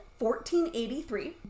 1483